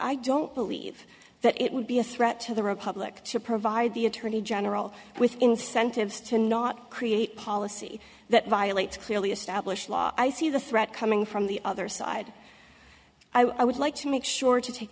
i don't believe that it would be a threat to the republic to provide the attorney general with incentives to not create a policy that violates clearly established law i see the threat coming from the other side i would like to make sure to take